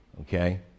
Okay